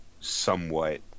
somewhat